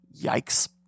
Yikes